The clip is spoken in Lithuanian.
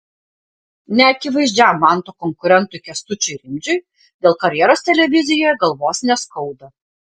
neakivaizdžiam manto konkurentui kęstučiui rimdžiui dėl karjeros televizijoje galvos neskauda